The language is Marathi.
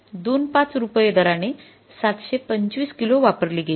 २५ रुपये दराने ७२५ किलो वापरली गेली